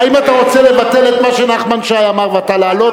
האם אתה רוצה לבטל את מה שנחמן שי אמר ואתה תעלה,